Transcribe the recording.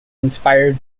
inspired